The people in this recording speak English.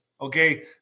Okay